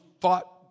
fought